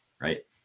right